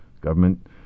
Government